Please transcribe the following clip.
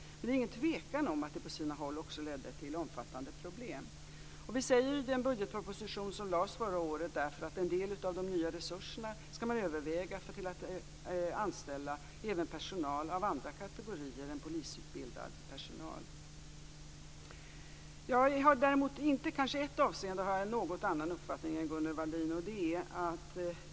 Men det är ingen tvekan om att det på sina håll också ledde till omfattande problem. Vi säger därför i den budgetproposition som lades förra året att en del av de nya resurserna skall man överväga att använda för att anställa även personal av andra kategorier än polisutbildad personal. I ett avseende har jag en något annan uppfattning än Gunnel Wallin.